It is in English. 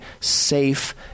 safe